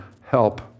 help